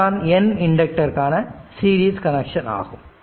இதுதான் N இண்டக்டருக்கான series connection ஆகும்